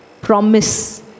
promise